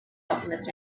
alchemist